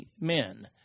men